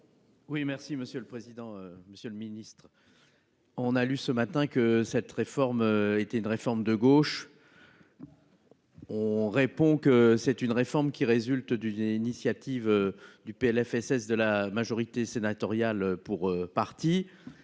Oui, merci Monsieur. Le président, Monsieur le Ministre. On a lu ce matin que cette réforme était une réforme de gauche. On répond que c'est une réforme qui résulte d'une initiative du PLFSS de la majorité sénatoriale pour partie